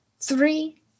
three